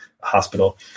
hospital